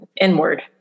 inward